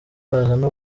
bazana